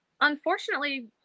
Unfortunately